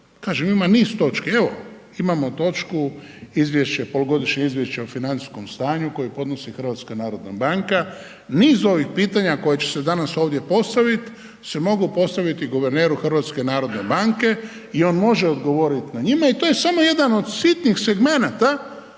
ima niz točki. Evo, imamo točku Izvješće, polugodišnje izvješće o financijskom stanju kojeg podnosi HNB, niz ovih pitanja koje će se danas ovdje postaviti se mogu postaviti guverneru HNB-a i on može odgovoriti na njih i to je samo jedan od sitnih segmenata